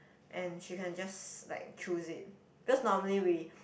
and she can just like choose it because normally we